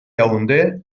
yaoundé